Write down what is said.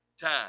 time